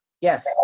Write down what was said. Yes